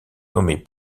nommé